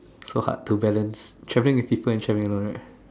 so hard to balance traveling with people and traveling alone right